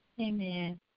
Amen